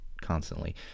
constantly